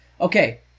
Okay